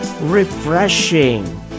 refreshing